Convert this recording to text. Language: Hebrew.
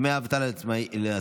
דמי אבטלה לעצמאים),